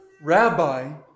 Rabbi